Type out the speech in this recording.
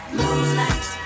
Moonlight